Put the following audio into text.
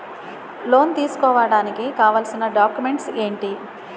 Loan తీసుకోడానికి కావాల్సిన documents ఎంటి?